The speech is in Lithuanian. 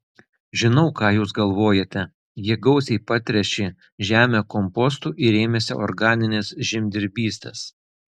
žinau ką jūs galvojate jie gausiai patręšė žemę kompostu ir ėmėsi organinės žemdirbystės